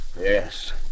Yes